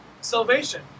salvation